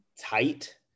tight